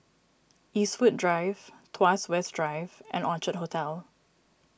Eastwood Drive Tuas West Drive and Orchard Hotel